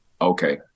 okay